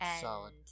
Solid